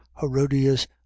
Herodias